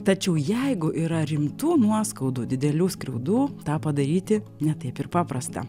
tačiau jeigu yra rimtų nuoskaudų didelių skriaudų tą padaryti ne taip ir paprasta